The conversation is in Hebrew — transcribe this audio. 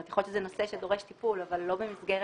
יכול להיות שזה נושא שדורש טיפול אבל לא במסגרת